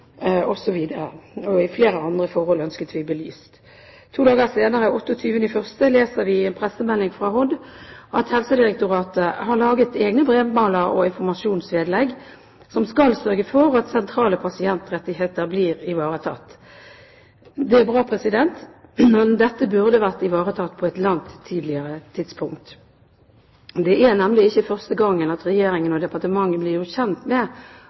pasientrettigheter osv. Også flere andre forhold ønsket vi belyst. To dager senere, 28. januar, leser vi i en pressemelding fra Helse- og omsorgsdepartementet at Helsedirektoratet har laget egne brevmaler og informasjonsvedlegg som skal sørge for at sentrale pasientrettigheter blir ivaretatt. Det er bra, men dette burde vært ivaretatt på et langt tidligere tidspunkt. Det er nemlig ikke første gang Regjeringen og departementet er gjort kjent med